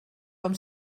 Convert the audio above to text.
com